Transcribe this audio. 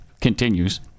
continues